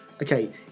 Okay